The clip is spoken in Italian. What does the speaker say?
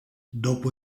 dopo